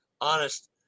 Honest